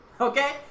Okay